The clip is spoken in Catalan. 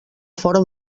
fora